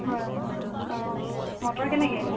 হয় অ' মটৰ কেনেকৈ